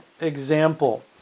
example